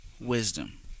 Wisdom